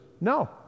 no